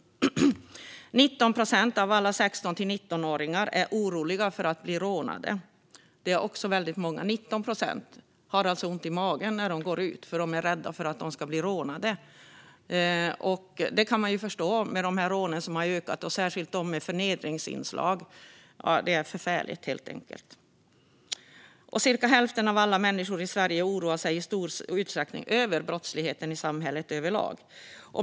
19 procent av alla 16-19-åringar är oroliga för att bli rånade. Det är också väldigt många. 19 procent har alltså ont i magen när de går ut därför att de är rädda för att de ska bli rånade. Det kan man förstå med tanke på de ökande rånen, särskilt rån med förnedringsinslag. Det är förfärligt. Cirka hälften av alla människor i Sverige oroar sig i stor utsträckning över brottsligheten i samhället överlag.